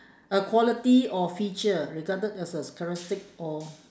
a quality or feature regarded as a characteristic or